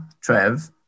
Trev